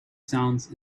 sounds